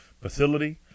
facility